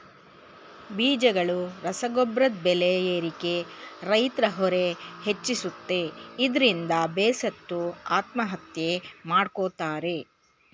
ಬೀಜಗಳು ರಸಗೊಬ್ರದ್ ಬೆಲೆ ಏರಿಕೆ ರೈತ್ರ ಹೊರೆ ಹೆಚ್ಚಿಸುತ್ತೆ ಇದ್ರಿಂದ ಬೇಸತ್ತು ಆತ್ಮಹತ್ಯೆ ಮಾಡ್ಕೋತಾರೆ